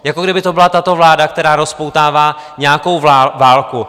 Jako kdyby to byla tato vláda, která rozpoutává nějakou válku.